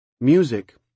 Music